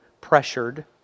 pressured